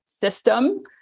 system